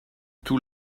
tout